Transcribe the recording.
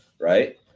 right